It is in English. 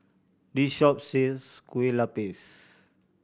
this shop sells Kueh Lupis